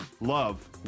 love